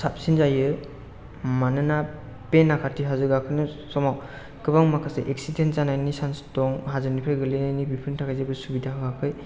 साबसिन जायो मानोना बे नाखाथि हाजो गाखोनाय समाव गोबां माखासे एक्सिडेन्ट जानायनि सान्स दं हाजोनिफ्राय गोलैनायनि बेफोरनि थाखाय जेबो सुबिदा होयाखै